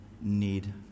need